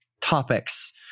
topics